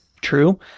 true